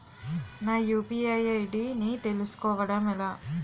నా UPI ID ని తెలుసుకోవడం ఎలా?